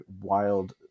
wild